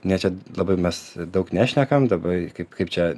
ne čia labai mes daug nešnekam labai kaip kaip čia